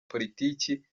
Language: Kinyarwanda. politiki